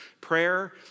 prayer